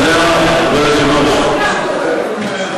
אדוני היושב-ראש,